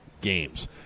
games